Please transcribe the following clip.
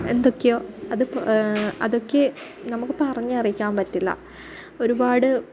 എന്തൊക്കെയോ അത് അതൊക്കെ നമുക്ക് പറഞ്ഞറിയിക്കാന് പറ്റില്ല ഒരുപാട്